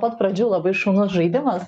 pat pradžių labai šaunus žaidimas